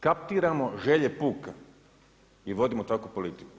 Kaptiramo želje puka i vodimo takvu politiku.